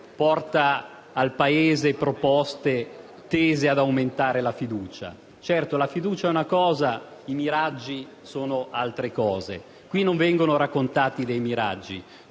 portano al Paese proposte tese ad aumentare la fiducia. Certo, la fiducia è una cosa e i miraggi sono altro. Qui non vengono raccontati dei miraggi.